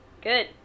Good